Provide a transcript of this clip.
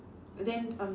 then um